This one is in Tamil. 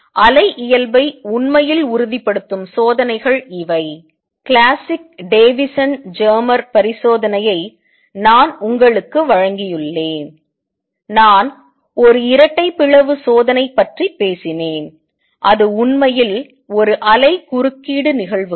எனவே அலை இயல்பை உண்மையில் உறுதிப்படுத்தும் சோதனைகள் இவை கிளாசிக் டேவிசன் ஜெர்மர் பரிசோதனையை நான் உங்களுக்கு வழங்கியுள்ளேன் நான் ஒரு இரட்டை பிளவு சோதனை பற்றி பேசினேன் அது உண்மையில் ஒரு அலை குறுக்கீடு நிகழ்வுகள்